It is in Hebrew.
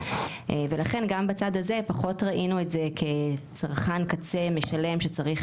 ולכן גם בצד הזה פחות ראינו את זה כצרכן קצה משלם שצריך